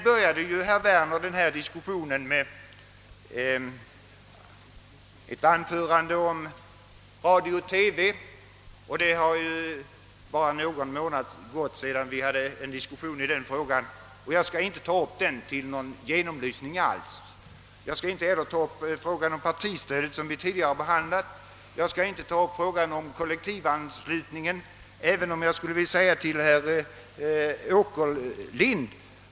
Herr Werner inledde denna diskussion med ett anförande om radio och TV. Bara någon månad har gått sedan vi hade en diskussion i den frågan, och jag skall därför inte alls ta upp den till någon genomlysning. Jag skall inte heller beröra frågan om partistödet, som vi tidigare har behandlat, eller frågan Åtgärder i syfte att fördjupa och stärka det svenska folkstyret om kollektivanslutningen — med undantag för några ord till herr Åkerlind.